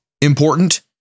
important